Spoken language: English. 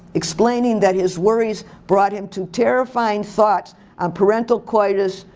explaining that his worries brought him to terrifying thoughts on parental coitus,